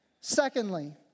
secondly